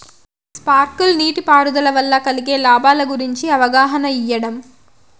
Sprinkle నీటిపారుదల వల్ల కలిగే లాభాల గురించి అవగాహన ఇయ్యడం?